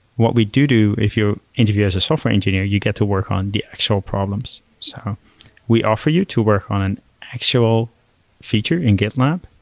what we do do if you interview as a software engineer, you get to work on the actual problems. so we offer you to work on an actual feature in gitlab.